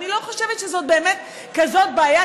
אני לא חושבת שזאת באמת כזאת בעיה,